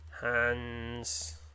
hands